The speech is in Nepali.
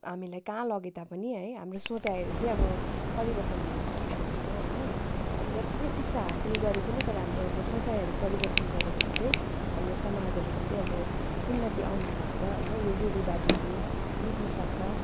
हामीलाई कहाँ लगे तापनि है हाम्रो सोचाइहरू चाहिँ अब परिवर्तन हुनसकेको छैन होइन अब जत्ति नै शिक्षा हासिल गरे पनि तर हाम्रो अब सोचाइहरू परिवर्तन गर्यो भने चाहिँ हाम्रो समाजहरूमा चाहिँ अब उन्नति आउनुसक्छ होइन यो रुढीवादीहरू मेटिनुसक्छ